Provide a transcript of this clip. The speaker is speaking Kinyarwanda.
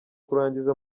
kurangiza